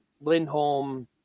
Lindholm